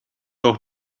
auch